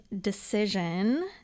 decision